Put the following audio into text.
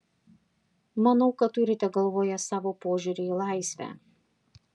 manau kad turite galvoje savo požiūrį į laisvę